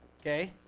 okay